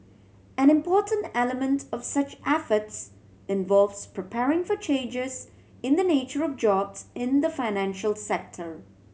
an important element of such efforts involves preparing for changes in the nature of jobs in the financial sector